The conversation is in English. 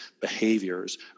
behaviors